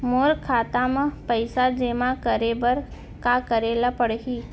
मोर खाता म पइसा जेमा करे बर का करे ल पड़ही?